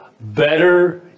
better